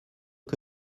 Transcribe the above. que